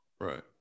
Right